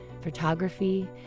photography